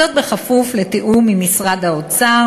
זאת בכפוף לתיאום עם משרד האוצר,